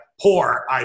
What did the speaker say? poor